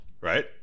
right